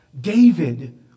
David